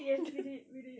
yes we did we did